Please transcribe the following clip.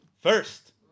first